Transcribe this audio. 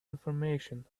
information